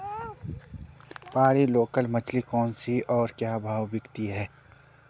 पहाड़ी लोकल मछली कौन सी है और क्या भाव बिकती है?